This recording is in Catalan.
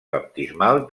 baptismal